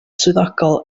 swyddogol